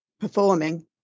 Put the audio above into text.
performing